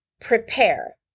prepare